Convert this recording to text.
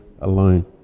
alone